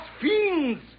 fiends